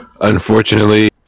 Unfortunately